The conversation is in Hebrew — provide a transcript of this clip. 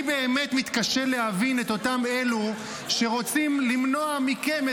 אני באמת מתקשה להבין את אותם אלו שרוצים למנוע מכם,